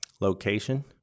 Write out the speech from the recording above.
location